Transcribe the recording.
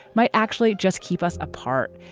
might actually just keep us apart.